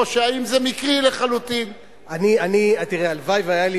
ואני כבר אומר,